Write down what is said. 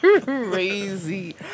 crazy